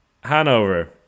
Hanover